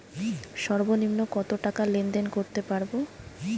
সর্বনিম্ন কত টাকা লেনদেন করতে পারবো?